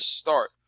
start